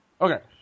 Okay